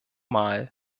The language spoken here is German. mal